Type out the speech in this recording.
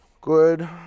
Good